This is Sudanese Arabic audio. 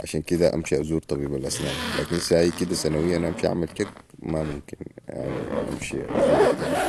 عشان كده امشي ازور طبيب الاسنان لكن ساي كده سنويا امشي أعمل جك ما ممكن امشي ازور الطبيب